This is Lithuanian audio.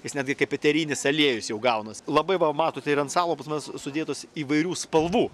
jis netgi kaip eterinis aliejus jau gaunas labai va matot ir ant savo stalo pas mane sudėtos įvairių spalvų